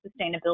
sustainability